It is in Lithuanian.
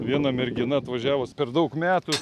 viena mergina atvažiavus per daug metų